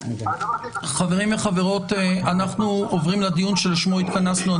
חברים וחברות, אנחנו עוברים לדיון שלשמו התכנסו.